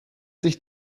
sich